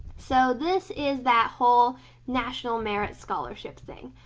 so this is that whole national merit scholarship thing.